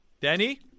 Danny